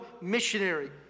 missionary